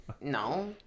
no